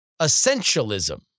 essentialism